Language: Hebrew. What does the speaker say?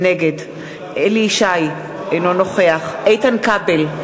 נגד אליהו ישי, אינו נוכח איתן כבל,